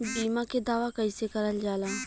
बीमा के दावा कैसे करल जाला?